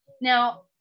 now